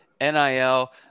NIL